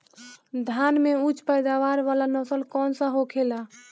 धान में उच्च पैदावार वाला नस्ल कौन सा होखेला?